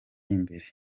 imbere